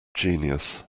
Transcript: genius